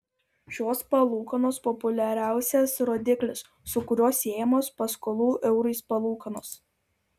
šios palūkanos populiariausias rodiklis su kuriuo siejamos paskolų eurais palūkanos